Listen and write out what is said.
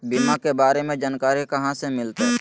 बीमा के बारे में जानकारी कहा से मिलते?